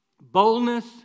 Boldness